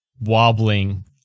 wobbling